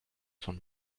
von